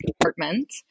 apartment